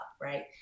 right